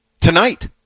tonight